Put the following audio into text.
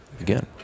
Again